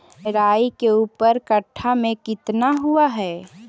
राई के ऊपर कट्ठा में कितना हुआ है?